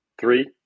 Three